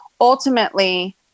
ultimately